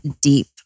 deep